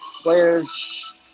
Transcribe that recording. players